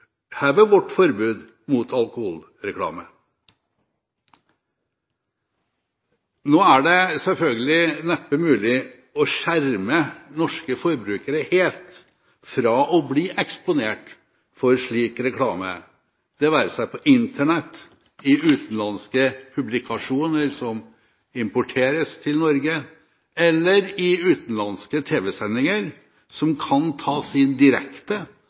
vårt forbud mot alkoholreklame? Nå er det selvfølgelig neppe mulig å skjerme norske forbrukere helt fra å bli eksponert for slik reklame – det være seg på Internett, i utenlandske publikasjoner som importeres til Norge, eller i utenlandske tv-sendinger som kan tas inn direkte